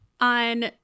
On